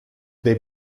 they